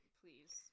please